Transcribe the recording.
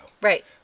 Right